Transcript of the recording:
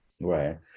right